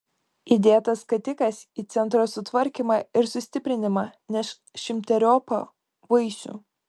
įdėtas skatikas į centro sutvarkymą ir sustiprinimą neš šimteriopą vaisių